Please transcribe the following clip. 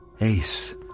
Ace